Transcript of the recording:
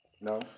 No